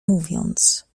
mówiąc